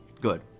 Good